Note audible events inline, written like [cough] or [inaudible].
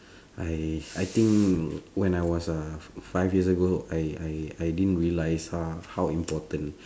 [breath] I I think when I was uh f~ five years ago I I I didn't realise h~ how important